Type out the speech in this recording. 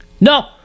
No